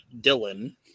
Dylan